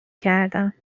کردم